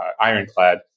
Ironclad